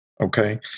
Okay